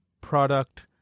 product